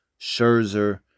Scherzer